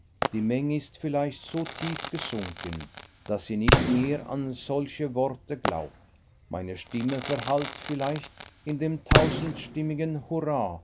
die menge ist vielleicht so tief gesunken daß sie nicht mehr an solche worte glaubt meine stimme verhallt vielleicht in dem tausendstimmigen hurra